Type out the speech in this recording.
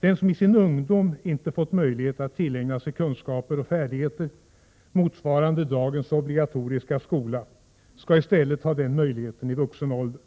Den som i sin ungdom inte fått möjlighet att tillägna sig kunskaper och färdigheter motsvarande dagens obligatoriska skola skall i stället ha den möjligheten i vuxen ålder.